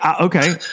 okay